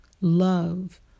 love